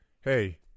hey